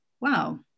wow